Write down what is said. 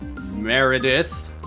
Meredith